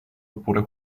oppure